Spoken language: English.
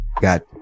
got